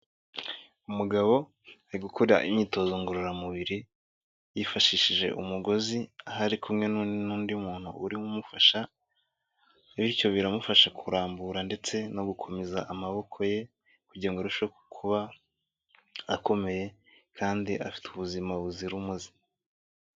Umugabo ari gukora imyitozo ngororamubiri yifashishije umugozi, aho ari kumwe n'undi muntu urimo umufasha, bityo biramufasha kurambura ndetse no gukomeza amaboko ye, kugira ngo arusheho kuba akomeye kandi afite ubuzima buzira umuze.